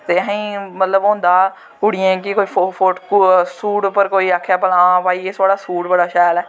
ते असें मतलव होंदा कुड़ियां गी कोई सूट उप्पर कोई आक्खै भला तुंदा सूट बड़ा शैल ऐ